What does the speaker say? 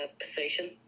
position